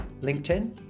LinkedIn